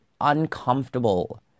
uncomfortable